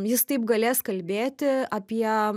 jis taip galės kalbėti apie